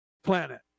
planet